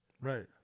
Right